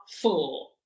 four